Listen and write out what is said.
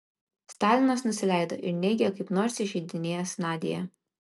stalinas nusileido ir neigė kaip nors įžeidinėjęs nadią